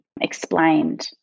explained